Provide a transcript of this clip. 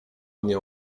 mnie